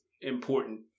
Important